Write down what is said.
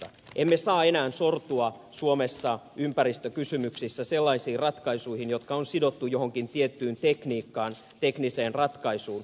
emme saa enää sortua suomessa ympäristökysymyksissä sellaisiin ratkaisuihin jotka on sidottu johonkin tiettyyn tekniikkaan tekniseen ratkaisuun